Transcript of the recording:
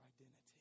identity